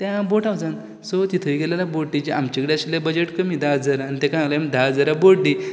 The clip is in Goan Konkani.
त्या बोट हावजान सो ती थंय गेले जाल्यार बोटीचे आमचे कडेन आशिल्ले बजट कमी धा हजारान तेका सांगलें आमी धा हजारा बोट दी